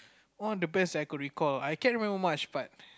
one of the best that I could recall I can't remember much but